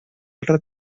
altra